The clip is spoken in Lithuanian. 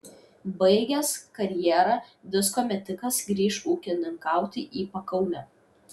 baigęs karjerą disko metikas grįš ūkininkauti į pakaunę